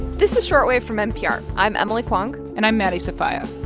this is short wave from npr. i'm emily kwong and i'm maddie sofia.